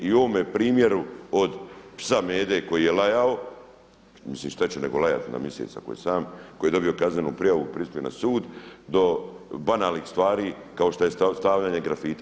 I u ovome primjeru od psa Mede koji je lajao, mislim šta će nego lajati na Mjesec ako je sam, koji je dobio kaznenu prijavu, prispio na sud do banalnih stvari kao što je stavljanje grafita.